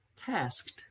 tasked